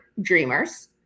Dreamers